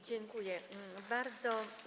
Dziękuję bardzo.